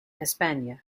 hispania